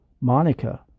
Monica